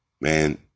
man